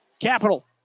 Capital